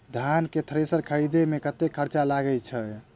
धान केँ थ्रेसर खरीदे मे कतेक खर्च लगय छैय?